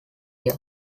year